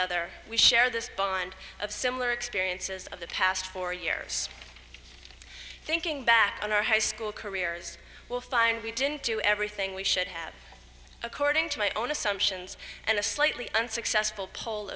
other we share this bond of similar experiences of the past four years thinking back on our high school careers will find we didn't do everything we should have according to my own assumptions and a slightly unsuccessful poll